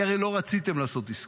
כי הרי לא רציתם לעשות עסקה,